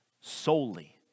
solely